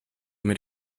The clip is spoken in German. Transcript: mit